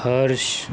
હર્ષ